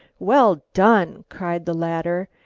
well done, cried the latter,